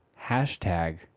hashtag